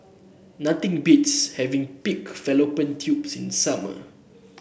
nothing beats having Pig Fallopian Tubes in the summer